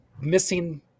missing